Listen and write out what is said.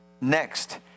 Next